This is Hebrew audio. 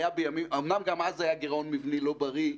גם אז היה גירעון מבני לא בריא,